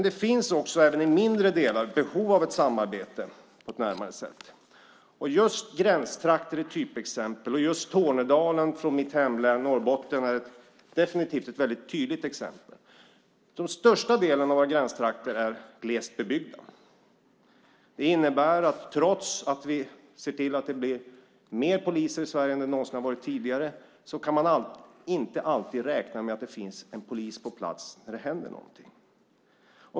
Det finns också i mindre delar behov av ett nära samarbete. Just gränstrakter är ett typexempel, och just Tornedalen i mitt hemlän Norrbotten är ett tydligt exempel. Den största delen av våra gränstrakter är glest bebyggd. Det innebär att trots att vi ser till att det blir fler poliser i Sverige än någonsin tidigare kan man inte alltid räkna med att det finns en polis på plats när det händer någonting.